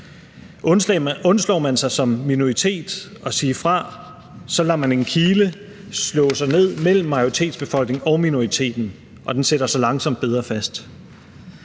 Undslår man sig som minoritet at sige fra, slår man en kile ind mellem majoritetsbefolkningen og minoriteten, og den sætter sig langsomt bedre fast.